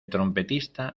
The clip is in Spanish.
trompetista